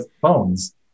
phones